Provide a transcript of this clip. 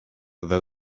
that